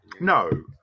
No